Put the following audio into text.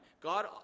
God